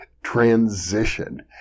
Transition